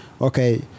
okay